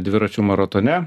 dviračių maratone